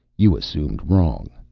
you assumed wrong.